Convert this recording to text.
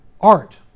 art